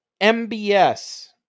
MBS